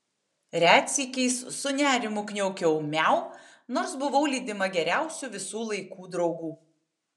retsykiais su nerimu kniaukiau miau nors buvau lydima geriausių visų laikų draugų